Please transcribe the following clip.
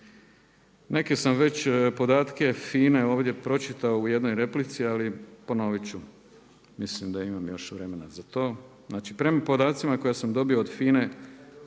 Neke sam već podatke FINA-e ovdje pročitao u jednoj replici ali ponovit ću, mislim da imam još vremena za to. Znači prema podacima koje sam dobio od FINA-e